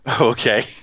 Okay